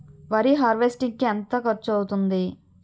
వరి హార్వెస్టింగ్ కి ఎంత ఖర్చు అవుతుంది?